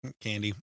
candy